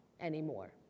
anymore